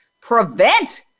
prevent